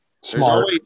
Smart